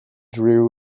rhyw